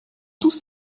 tous